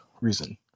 reason